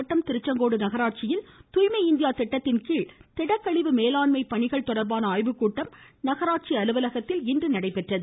நாமக்கல் மாவட்டம் திருச்செங்கோடு நகராட்சியில் தூய்மை இந்தியா திட்டத்தின்கீழ் திடக்கழிவு மேலாண்மை பணிகள் தொடா்பான ஆய்வுக்கூட்டம் இன்று நகராட்சி அலுவலகத்தில் நடைபெற்றது